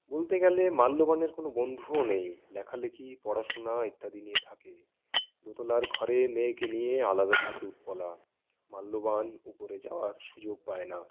বলতে গেলে মাল্যবানের কোনো বন্ধুও নেই লেখালেখি পড়াশুনা ইত্যাদি নিয়ে থাকে দোতলার ঘরে মেয়েকে নিয়ে আলাদা থাকে উৎপলা মাল্যবান উপরে যাওয়ার সুযোগ পায় না